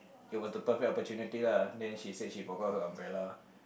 it was the perfect opportunity lah then she said she forgot her umbrella